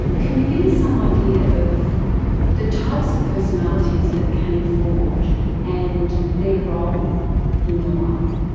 can you give me some idea of the types of personalities that came forward and their role in your life?